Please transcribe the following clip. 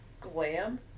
Glam